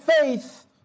faith